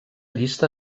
llista